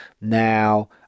now